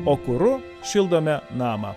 o kuru šildome namą